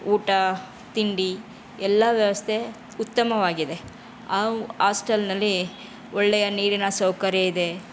ಊಟ ತಿಂಡಿ ಎಲ್ಲ ವ್ಯವಸ್ಥೆ ಉತ್ತಮವಾಗಿದೆ ಆ ಹಾಸ್ಟಲ್ಲಿನಲ್ಲಿ ಒಳ್ಳೆಯ ನೀರಿನ ಸೌಕರ್ಯ ಇದೆ